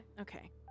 Okay